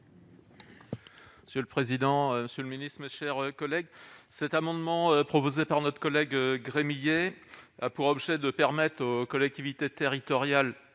Sur le président seul ministre, chers collègues, cet amendement proposé par notre collègue Gremillet a pour objet de permettent aux collectivités territoriales